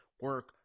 Work